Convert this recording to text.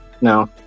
No